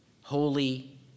holy